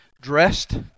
dressed